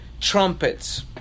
trumpets